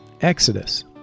Exodus